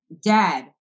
dead